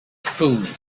food